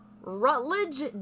Rutledge